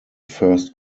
first